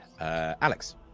Alex